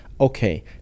okay